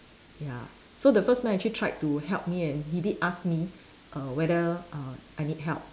ya so the first man actually tried to help me and he did ask me err whether uh I need help